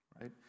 right